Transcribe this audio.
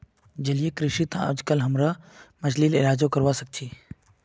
जलीय कृषित हमरा अजकालित मछलिर बीमारिर इलाजो करवा सख छि